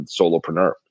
solopreneur